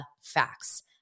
facts